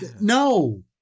no